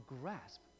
grasp